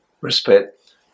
respect